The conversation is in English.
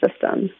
system